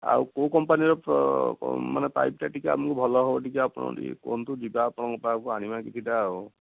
ଆଉ କେଉଁ କମ୍ପାନୀର ମାନେ ପାଇପଟା ଟିକେ ଆମକୁ ଭଲ ହେବ ଟିକେ ଆପଣ ଟିକେ କୁହନ୍ତୁ ଯିବା ଆପଣଙ୍କ ପାଖକୁ ଆଣିବା କିଛିଟା ଆଉ